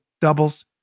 doubles